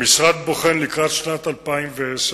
המשרד בוחן לקראת שנת 2010,